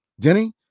Denny